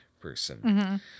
person